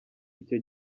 icyo